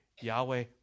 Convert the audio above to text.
Yahweh